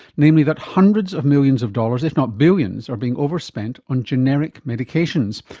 namely that hundreds of millions of dollars, if not billions are being overspent on generic medications,